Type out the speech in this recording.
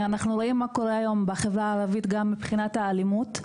אנחנו רואים מה קורה היום בחברה הערבית גם מבחינת האלימות.